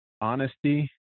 honesty